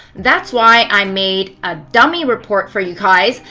that's why i made a dummy report for you guys.